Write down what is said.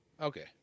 Okay